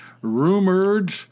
rumored